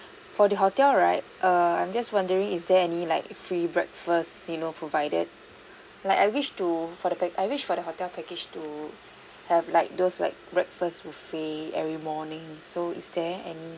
for the hotel right err I'm just wondering is there any like free breakfast you know provided like I wish to for the pa~ I wish for the hotel package to have like those like breakfast buffet every morning so is there any